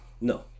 No